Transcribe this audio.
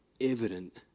evident